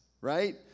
right